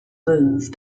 move